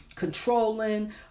controlling